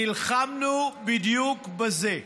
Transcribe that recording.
נלחמנו בדיוק בזה.